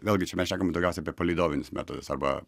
vėlgi čia mes šnekam daugiausiai apie palydovinius metodus arba